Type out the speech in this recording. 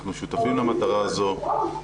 אנחנו שותפים למטרה הזו,